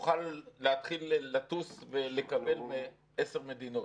שנוכל להתחיל לטוס לעשר מדינות.